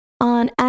on